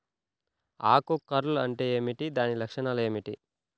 ఆకు కర్ల్ అంటే ఏమిటి? దాని లక్షణాలు ఏమిటి?